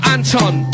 Anton